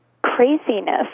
craziness